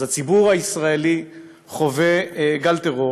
הציבור הישראלי חווה גל טרור